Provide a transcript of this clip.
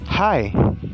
Hi